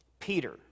Peter